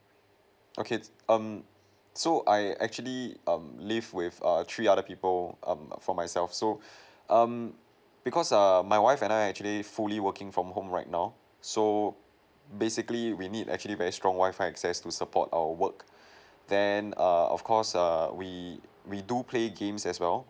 okay um so I actually um live with err three other people um from myself so um because err my wife and I actually fully working from home right now so basically we need actually very strong WI-FI access to support our work then err of course err we we do play games as well